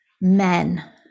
men